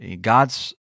God's